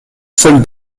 seul